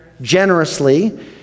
Generously